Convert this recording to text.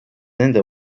nende